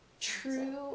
true